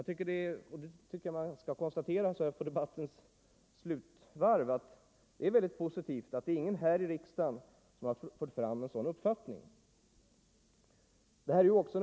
Det bör nu i debattens slutvarv noteras som något mycket positivt att ingen här i riksdagen har fört fram en sådan uppfattning.